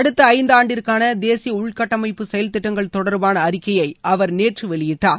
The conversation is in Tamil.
அடுத்த ஐந்தாண்டிற்கான தேசிய உள்கட்டமைப்பு செயல்திட்டங்கள் தொடர்பான அறிக்கையை அவர் நேற்று வெளியிட்டார்